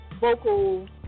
vocal